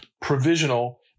provisional